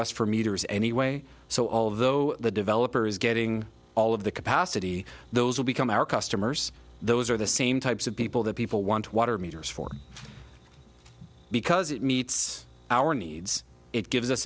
us for meters anyway so although the developers getting all of the capacity those will become our customers those are the same types of people that people want water meters for because it meets our needs it gives us